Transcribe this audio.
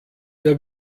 der